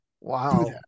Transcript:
Wow